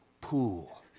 pool